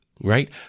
right